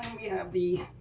we have the